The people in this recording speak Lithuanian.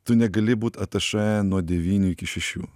tu negali būt atašė nuo devynių iki šešių